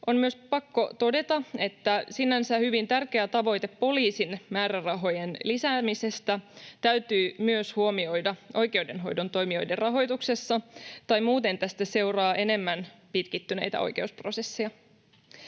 on myös pakko todeta, että sinänsä hyvin tärkeä tavoite poliisin määrärahojen lisäämisestä täytyy myös huomioida oikeudenhoidon toimijoiden rahoituksessa tai muuten tästä seuraa enemmän pitkittyneitä oikeusprosesseja.